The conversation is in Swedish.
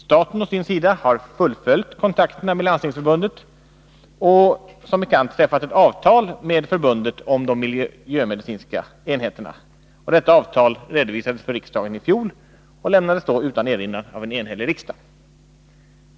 Staten å sin sida har fullföljt kontakterna med Landstingsförbundet och som bekant träffat ett avtal med förbundet om de miljömedicinska enheterna. Detta avtal redovisades för riksdagen i fjol och lämnades då utan erinran av en enhällig riksdag.